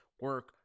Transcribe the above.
Work